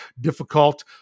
difficult